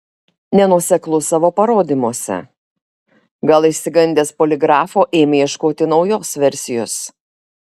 nenuoseklus savo parodymuose gal išsigandęs poligrafo ėmė ieškoti naujos versijos